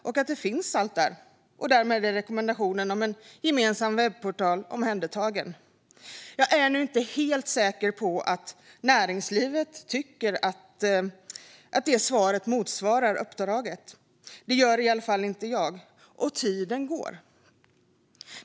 Där finns allt, och därmed är rekommendationen om en gemensam webbportal omhändertagen. Jag är inte helt säker på att näringslivet tycker att det svaret motsvarar uppdraget. Det gör i alla fall inte jag, och tiden går.